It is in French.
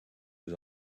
aux